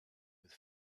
with